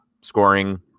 scoring